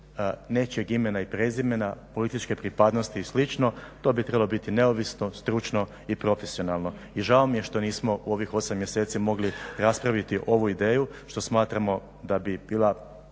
nečijeg imena i prezimena, političke pripadnosti i slično, to bi trebalo biti neovisno, stručno i profesionalno i žao mi je što nismo u ovih 8 mjeseci raspraviti ovu ideju što smatramo da bi bila